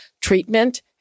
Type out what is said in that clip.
treatment